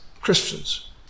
Christians